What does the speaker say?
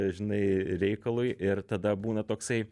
žinai reikalui ir tada būna toksai